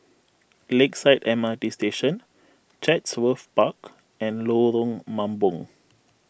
Lakeside M R T Station Chatsworth Park and Lorong Mambong